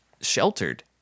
sheltered